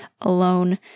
alone